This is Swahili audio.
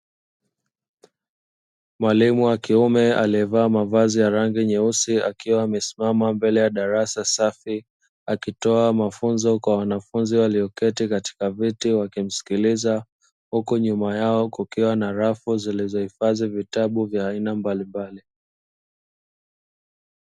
Mwalimu wa kiume aliyevaa mavazi ya rangi nyeusi akiwa amesimama mbele ya darasa safi akitoa mafunzo kwa wanafunzi walioketi katika viti wakimsikiliza huko nyuma yao kukiwa na rafu zilizohifadhi vitabu vya aina mbalimbali.